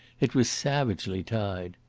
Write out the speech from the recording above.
it was savagely tied.